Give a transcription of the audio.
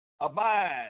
abide